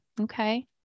Okay